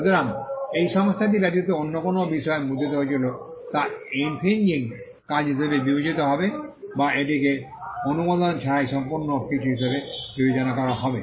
সুতরাং এই সংস্থাটি ব্যতীত অন্য যে কোনও বিষয় মুদ্রিত হয়েছিল তা ইনফ্রিনজিং কাজ হিসাবে বিবেচিত হবে বা এটিকে অনুমোদন ছাড়াই সম্পন্ন কিছু হিসাবে বিবেচনা করা হবে